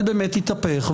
- הגלגל באמת יתהפך,